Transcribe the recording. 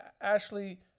Ashley